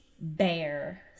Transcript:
bear